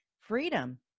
Freedom